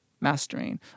mastering